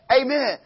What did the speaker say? Amen